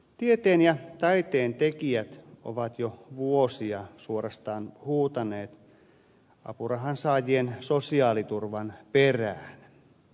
tieteen ja taiteen tekijät ovat jo vuosia suorastaan huutaneet apurahan saajien sosiaaliturvan perään